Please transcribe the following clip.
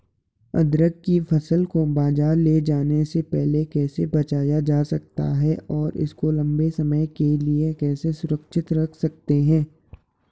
अदरक की फसल को बाज़ार ले जाने से पहले कैसे बचाया जा सकता है और इसको लंबे समय के लिए कैसे सुरक्षित रख सकते हैं?